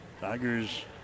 Tigers